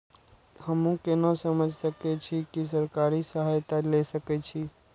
हमू केना समझ सके छी की सरकारी सहायता ले सके छी?